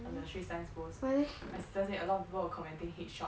on the Straits Times post my sister say a lot of people were commenting head shot